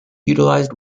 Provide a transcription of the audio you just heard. utilized